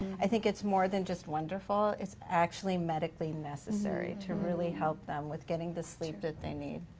i think it's more than just wonderful, it's actually medically necessary to really help them with getting the sleep that they need.